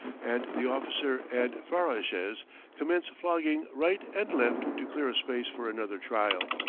and the officer and farrashes commence flogging right and left to clear a space for another trial.